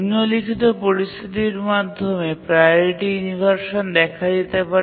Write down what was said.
নিম্নলিখিত পরিস্থিতির মাধ্যমে প্রাওরিটি ইনভারসান দেখা দিতে পারে